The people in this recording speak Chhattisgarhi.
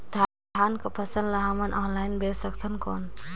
धान कर फसल ल हमन ऑनलाइन बेच सकथन कौन?